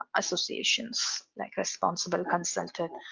associations like responsible, consulted,